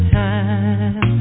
time